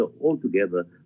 altogether